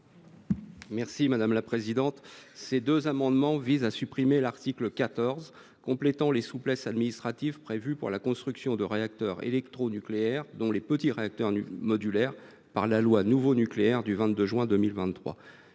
l’avis de la commission ? Ces amendements visent à supprimer l’article 14, qui complète les souplesses administratives prévues pour la construction de réacteurs électronucléaires, dont les petits réacteurs modulaires, par la loi Nouveau Nucléaire du 22 juin 2023.